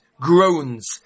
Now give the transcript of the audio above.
Groans